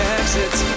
exits